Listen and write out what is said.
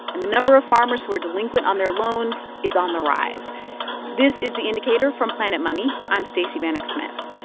and the number of farmers who are delinquent on their loans is on the rise this is the indicator from planet money. i'm stacey vanek smith.